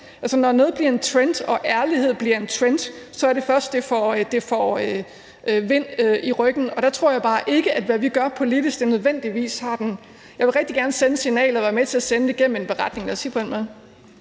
når noget bliver en trend og ærlighed bliver en trend, så er det først, det får vind i ryggen, og der tror jeg bare ikke, at hvad vi gør politisk, nødvendigvis gør det. Jeg vil rigtig gerne sende signalet og være med til at sende det igennem en beretning. Lad os sige det på den måde.